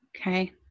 Okay